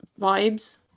vibes